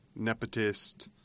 nepotist